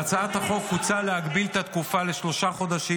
בהצעת החוק הוצע להגביל את התקופה לשלושה חודשים.